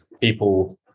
people